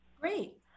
Great